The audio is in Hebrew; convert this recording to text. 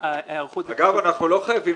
אגב, אנחנו לא חייבים,